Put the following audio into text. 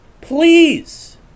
Please